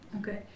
Okay